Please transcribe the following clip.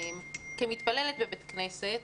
כמתפללת בבית כנסת,